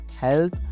help